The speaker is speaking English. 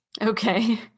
Okay